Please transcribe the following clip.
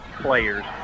players